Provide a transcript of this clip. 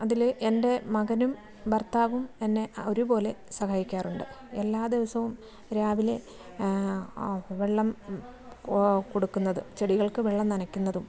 അതിൽ എൻ്റെ മകനും ഭർത്താവും എന്നെ ഒരുപോലെ സഹായിക്കാറുണ്ട് എല്ലാ ദിവസവും രാവിലെ വെള്ളം കോ കൊടുക്കുന്നത് ചെടികൾക്ക് വെള്ളം നനയ്ക്കുന്നതും